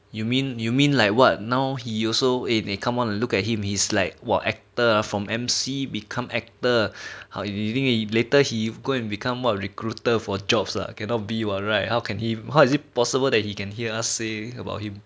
you mean you mean like what now he you also eh eh come on look at him he's like !wah! actor from emcee become actor later he go and become more recruiter for jobs lah cannot be what right how can he how is it possible that he can hear us say about him